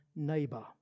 neighbor